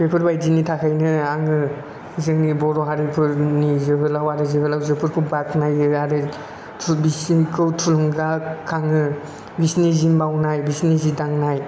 बेफोरबायदिनि थाखायनो आङो जोंनि बर' हारिफोरनि जोहोलाव आरो जोहोलावजोफोरखौ बाखनायो आरो बिसोरखौ थुलुंगा खाङो बिसिनि जि मावनाय बिसिनि जि दांनाय